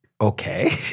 okay